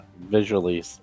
visually